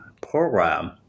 program